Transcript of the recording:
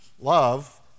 love